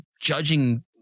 judging